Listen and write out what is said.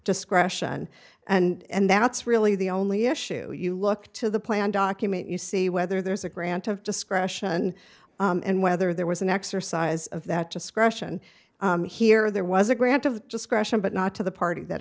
discretion and that's really the only issue you look to the plan document you see whether there's a grant of discretion and whether there was an exercise of that discretion here there was a grant of discretion but not to the party that